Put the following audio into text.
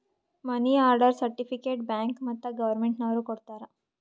ಮನಿ order certificate bank ಮತ್ತ್ government ನವ್ರು ಕೊಡ್ತಾರ